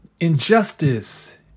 injustice